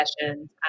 sessions